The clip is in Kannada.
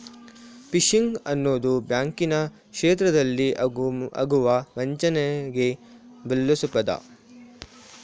ಫಿಶಿಂಗ್ ಅನ್ನೋದು ಬ್ಯಾಂಕಿನ ಕ್ಷೇತ್ರದಲ್ಲಿ ಆಗುವ ವಂಚನೆಗೆ ಬಳ್ಸೊ ಪದ